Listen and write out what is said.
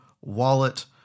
wallet